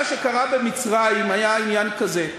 מה שקרה במצרים היה עניין כזה: